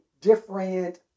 different